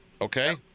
Okay